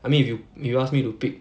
I mean if you if you ask me to pick